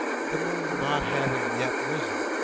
the moon not having yet risen.